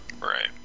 Right